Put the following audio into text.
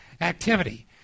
activity